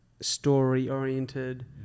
story-oriented